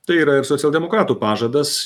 tai yra ir socialdemokratų pažadas